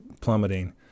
plummeting